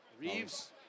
Reeves